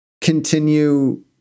continue